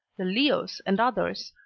the leos and others,